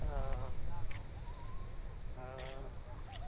ओऽ ओऽ